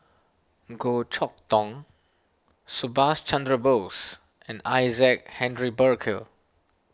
Goh Chok Tong Subhas Chandra Bose and Isaac Henry Burkill